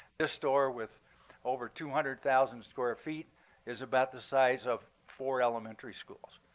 this store with over two hundred thousand square feet is about the size of four elementary schools.